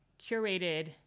curated